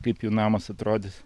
kaip jų namas atrodys